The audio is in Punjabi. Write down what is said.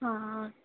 ਹਾਂ